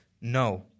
No